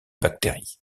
bactéries